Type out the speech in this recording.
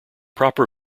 proper